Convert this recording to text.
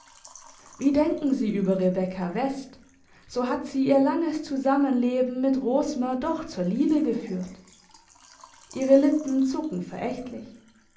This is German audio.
wie denken sie über rebekka west so hat sie ihr langes zusammenleben mit rosmer doch zur liebe geführt ihre lippen zucken verächtlich